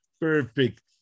perfect